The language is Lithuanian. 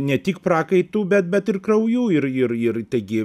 ne tik prakaitu bet bet ir krauju ir ir taigi